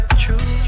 true